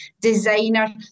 designer